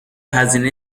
هزینه